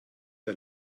der